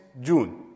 June